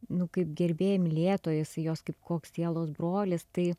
nu kaip gerbėja mylėtoja jisai jos kaip koks sielos brolis tai